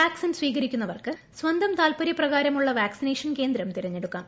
vaccine സ്വീകരിക്കുന്നവർക്ക് സ്വന്തം താത്പരൃപ്രകാരമുള്ള വാക്സിനേഷൻ കേന്ദ്രം തെരഞ്ഞെടുക്കാം